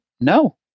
No